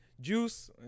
Juice